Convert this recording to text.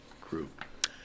group